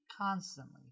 constantly